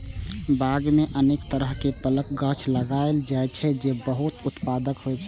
बाग मे अनेक तरहक फलक गाछ लगाएल जाइ छै, जे बहुत उत्पादक होइ छै